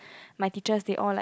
my teachers they all like